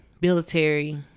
military